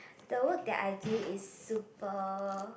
the work that I do is super